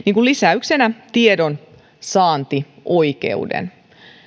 lisäyksenä tiedonsaantioikeuden